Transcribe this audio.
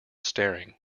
staring